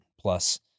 plus